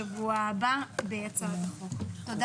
הישיבה ננעלה בשעה 10:30.